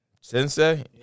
Sensei